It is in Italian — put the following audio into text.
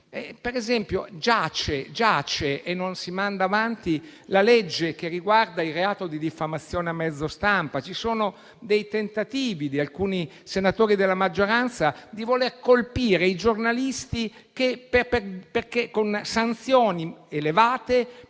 Per esempio, giace e non si manda avanti il disegno di legge che riguarda il reato di diffamazione a mezzo stampa. Ci sono dei tentativi di alcuni senatori della maggioranza di voler colpire i giornalisti con sanzioni elevate